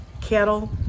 cattle